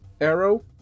Arrow